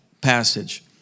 passage